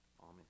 amen